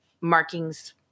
markings